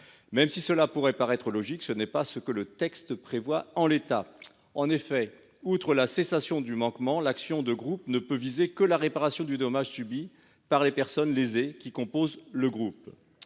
Même si cela pourrait paraître logique, ce n’est pas ce que le texte prévoit en l’état. En effet, outre la cessation du manquement, l’action de groupe ne peut viser que la réparation du dommage subi par les personnes lésées composant le groupe.